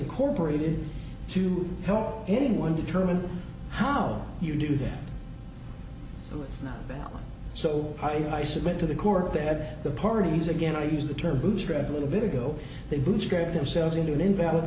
incorporated to help anyone determine how you do that so it's not so i mean i submit to the court that the parties again i used the term bootstrap a little bit ago they bootstrap themselves into an invalid